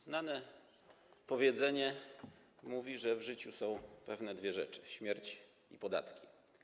Znane powiedzenie mówi, że w życiu są pewne tylko dwie rzeczy: śmierć i podatki.